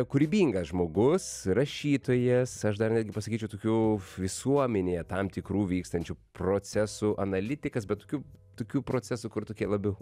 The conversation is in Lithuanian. kūrybingas žmogus rašytojas aš dar netgi pasakyčiau tokių visuomenėje tam tikrų vykstančių procesų analitikas bet tokių tokių procesų kur tokie labiau